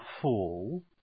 fall